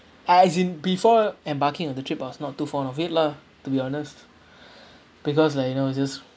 uh as in before embarking on the trip I was not too fond of it lah to be honest because like you know it's just